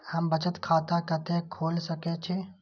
हम बचत खाता कते खोल सके छी?